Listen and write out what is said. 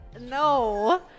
No